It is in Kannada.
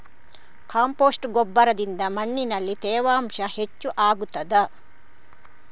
ಕಾಂಪೋಸ್ಟ್ ಗೊಬ್ಬರದಿಂದ ಮಣ್ಣಿನಲ್ಲಿ ತೇವಾಂಶ ಹೆಚ್ಚು ಆಗುತ್ತದಾ?